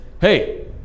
hey